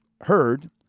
heard